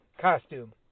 costume